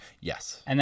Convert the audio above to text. Yes